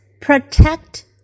protect